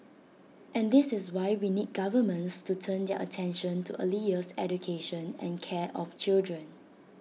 and this is why we need governments to turn their attention to early years education and care of children